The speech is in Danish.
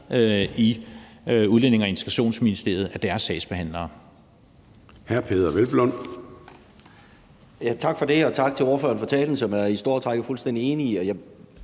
i Udlændinge- og Integrationsministeriet af deres sagsbehandlere.